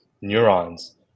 neurons